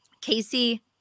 Casey